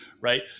right